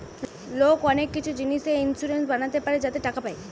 লোক অনেক কিছু জিনিসে ইন্সুরেন্স বানাতে পারে যাতে টাকা পায়